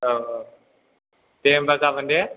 औ औ दे होमब्ला गाबोन दे